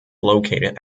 located